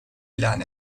ilan